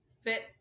fit